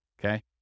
okay